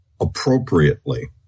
appropriately